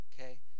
okay